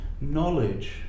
knowledge